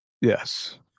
Yes